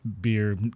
beer